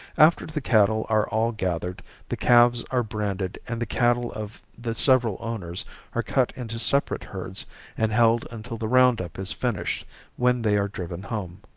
after the cattle are all gathered the calves are branded and the cattle of the several owners are cut into separate herds and held until the round-up is finished when they are driven home.